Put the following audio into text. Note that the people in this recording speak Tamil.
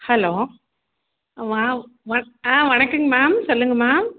ஹலோ வ வ ஆ வணக்கங்க மேம் சொல்லுங்க மேம்